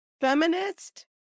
Feminist